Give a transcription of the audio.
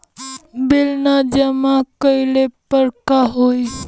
Bill न जमा कइले पर का होई?